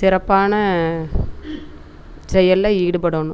சிறப்பான செயலில் ஈடுபடணும்